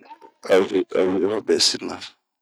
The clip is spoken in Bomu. A vio, a vioho be sina.